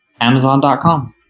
Amazon.com